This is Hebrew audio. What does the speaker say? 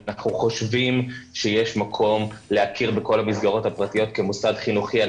אנחנו חושבים שיש מקום להכיר בכל המסגרות הפרטיות כמוסד חינוכי על